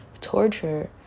torture